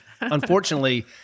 unfortunately